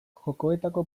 jokoetako